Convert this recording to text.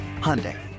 Hyundai